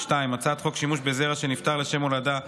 הצעת חוק שימוש בזרע של נפטר לשם הולדה,